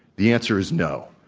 the answer is no.